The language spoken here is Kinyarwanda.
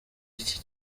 iki